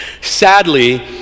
Sadly